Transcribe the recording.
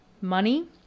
money